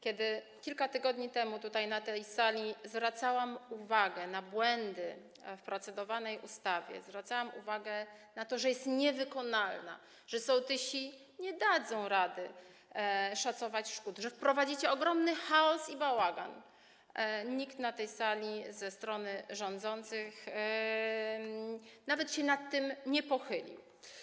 Kiedy kilka tygodni temu tutaj, na tej sali, zwracałam uwagę na błędy w procedowanej ustawie, na to, że jest niewykonalna, że sołtysi nie dadzą rady szacować szkód, że wprowadzicie ogromny chaos i bałagan, nikt ze strony rządzących nawet się nad tym nie pochylił.